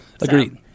Agreed